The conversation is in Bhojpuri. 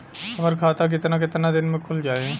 हमर खाता कितना केतना दिन में खुल जाई?